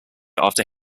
after